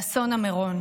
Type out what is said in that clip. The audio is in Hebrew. באסון מירון.